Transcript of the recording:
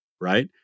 right